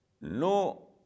no